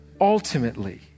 ultimately